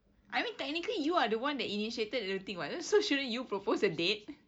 I mean technically you are the one that initiated the thing [what] so shouldn't you propose the date